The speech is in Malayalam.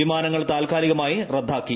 വിമാനങ്ങൾ താൽക്കാലികമായി റദ്ദാക്കി